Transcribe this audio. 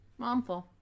Momful